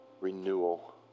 renewal